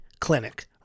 Clinic